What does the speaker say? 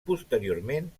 posteriorment